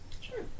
Sure